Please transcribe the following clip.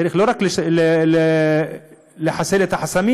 צריך לא רק לחסל את החסמים,